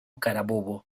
carabobo